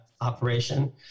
operation